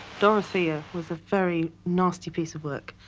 dorothea with a very nasty piece of work.